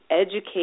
educate